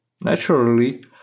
naturally